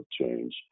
change